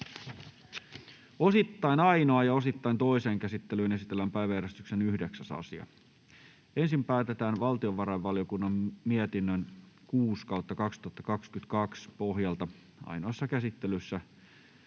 Osittain ainoaan, osittain toiseen käsittelyyn esitellään päiväjärjestyksen 9. asia. Ensin päätetään valtiovarainvaliokunnan mietinnön VaVM 6/2022 vp pohjalta ainoassa käsittelyssä